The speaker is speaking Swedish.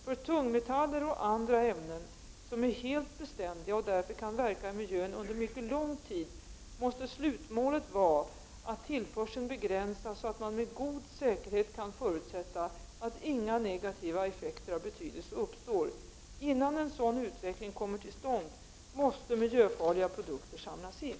För tungmetaller och andra ämnen, som är helt beständiga och därför kan verka i miljön under mycket lång tid, måste slutmålet vara att tillförseln begränsas så att man med god säkerhet kan förutsätta att inga negativa effekter av betydelse uppstår. Innan en sådan utveckling kommer till stånd, måste miljöfarliga produkter samlas in.